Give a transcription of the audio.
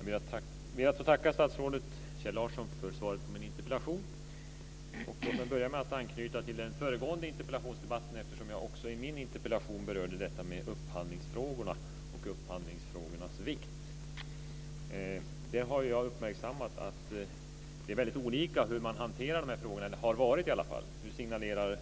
Fru talman! Jag ber att få tacka statsrådet Kjell Larsson för svaret på min interpellation. Låt mig börja med att anknyta till den föregående interpellationsdebatten eftersom jag också i min interpellation berörde upphandlingsfrågorna och upphandlingsfrågornas vikt. Jag har uppmärksammat att det är väldigt olika hur man hanterar de här frågorna. Det har åtminstone varit så. Nu signalerar